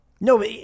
No